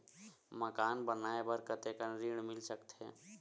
मकान बनाये बर कतेकन ऋण मिल सकथे?